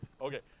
okay